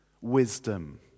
wisdom